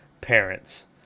parents